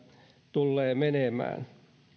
tullee menemään